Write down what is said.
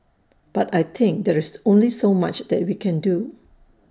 but I think there's only so much that we can do